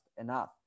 enough